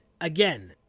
again